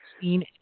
seen